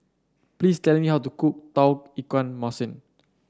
please tell me how to cook Tauge Ikan Masin